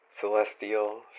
Celestial